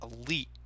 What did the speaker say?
elite